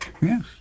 Yes